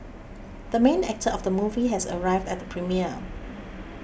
the main actor of the movie has arrived at the premiere